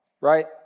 right